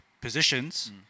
positions